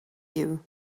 you